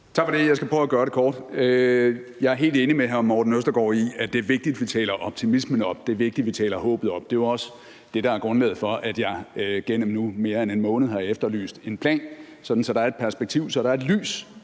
Tak for det. Jeg skal prøve at gøre det kort. Jeg er helt enig med hr. Morten Østergaard i, at det er vigtigt, at vi taler optimismen op, og at det er vigtigt, at vi taler håbet op. Det er jo også det, der er grundlaget for, at jeg igennem nu mere end en måned har efterlyst en plan, sådan at der er et perspektiv, og så der er et lys